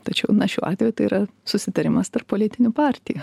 tačiau na šiuo atveju tai yra susitarimas tarp politinių partijų